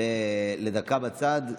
דקה בצד,